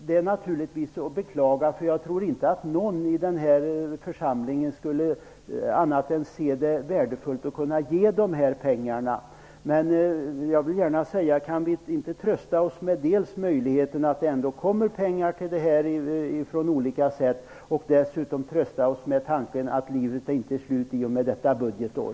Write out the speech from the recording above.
Det är i och för sig beklagligt, eftersom jag inte tror att någon i denna församling skulle se det annat än som värdefullt att kunna ge de här pengarna. Men kan vi inte trösta oss dels med att det finns en möjlighet att det ändå kommer pengar till detta på olika vägar, dels med tanken att livet inte tar slut i och med utgången av detta budgetår?